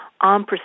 on